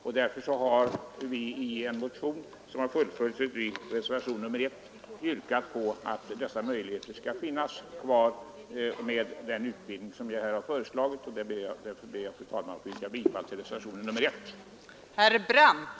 Vi har i en motion, som fullföljts i reservationen 1, yrkat att denna möjlighet till tullrestitution skall bibehållas och utvidgas på det sätt som vi föreslagit. Därför ber jag, fru talman, att få yrka bifall till reservationen 1.